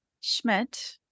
Schmidt